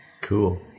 Cool